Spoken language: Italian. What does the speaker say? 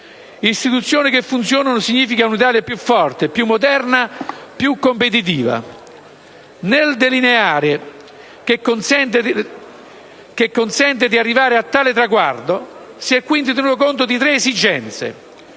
Istituzioni che funzionano significano un'Italia più forte, più moderna, più competitiva. Nel delineare un percorso che consenta di arrivare a tale traguardo, si è quindi tenuto conto di tre esigenze: